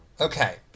Okay